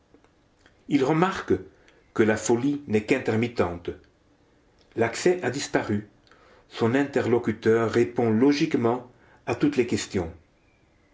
il remarque que la folie n'est qu'intermittente l'accès a disparu son interlocuteur répond logiquement à toutes les questions